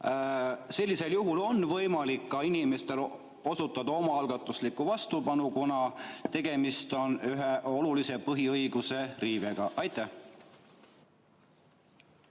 sellisel juhul on võimalik ka inimestel osutada omaalgatuslikku vastupanu, kuna tegemist on ühe olulise põhiõiguse riivega? Aitäh!